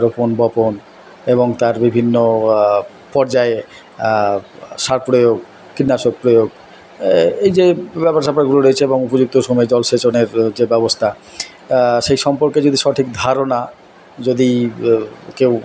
রোপণ বপন এবং তার বিভিন্ন পর্যায়ে সার প্রয়োগ কীটনাশক প্রয়োগ এই যে ব্যাপার স্যাপারগুলো রয়েছে এবং উপযুক্ত সময় জল সেচনের যে ব্যবস্তা সেই সম্পর্কে যদি সঠিক ধারণা যদি কেউ